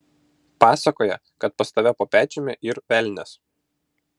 pasakoja kad pas tave po pečiumi yr velnias